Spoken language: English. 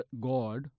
God